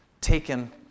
Taken